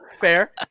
Fair